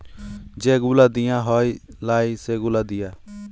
যে গুলা দিঁয়া হ্যয় লায় সে গুলা দিঁয়া